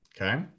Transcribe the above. Okay